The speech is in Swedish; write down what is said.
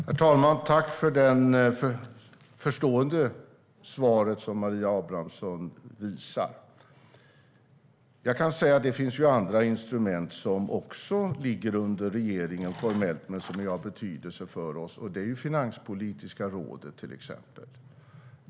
Herr talman! Jag tackar för den förståelse som Maria Abrahamsson visar i sitt svar. Det finns ju andra instrument som också ligger under regeringen formellt sett men som är av betydelse för oss. Det är till exempel Finanspolitiska rådet.